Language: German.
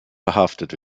verhaftet